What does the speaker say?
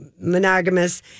monogamous